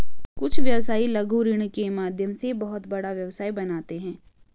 कुछ व्यवसायी लघु ऋण के माध्यम से बहुत बड़ा व्यवसाय बनाते हैं